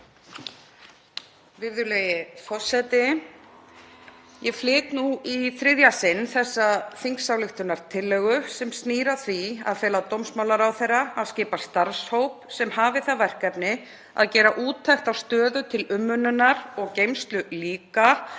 Virðulegi forseti. Ég flyt nú í þriðja sinn þessa þingsályktunartillögu sem snýr að því að fela dómsmálaráðherra að skipa starfshóp sem hafi það verkefni að gera úttekt á stöðu umönnunar og geymslu líka,